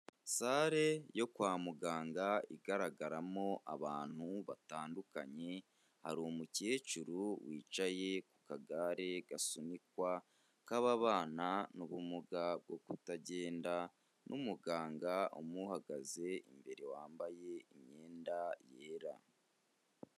Sale yo kwa muganga igaragaramo abantu batandukanye, hari umukecuru wicaye ku kagare gasunikwa k'ababana n'ubumuga bwo kutagenda n'umuganga umuhagaze imbere wambaye imyenda yera.